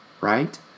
right